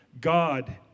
God